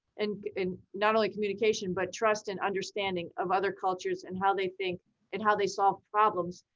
and and not only communication but trust and understanding of other cultures and how they think and how they solve problems,